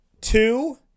two